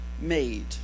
made